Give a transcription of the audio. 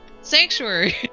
Sanctuary